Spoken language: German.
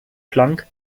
planck